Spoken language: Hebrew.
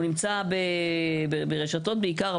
הוא נמצא ברשתות בעיקר,